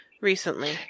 recently